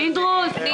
פינדרוס,